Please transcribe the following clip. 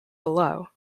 below